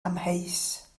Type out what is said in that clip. amheus